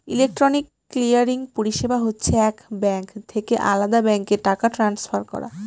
electronic clearing পরিষেবা হচ্ছে এক ব্যাঙ্ক থেকে আলদা ব্যাঙ্কে টাকা ট্রান্সফার করা